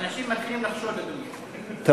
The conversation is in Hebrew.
אנשים מתחילים לחשוד, אדוני.